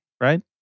Right